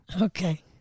Okay